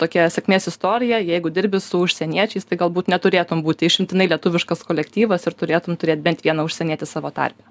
tokia sėkmės istorija jeigu dirbi su užsieniečiais tai galbūt neturėtum būti išimtinai lietuviškas kolektyvas ir turėtum turėt bent vieną užsienietį savo tarpe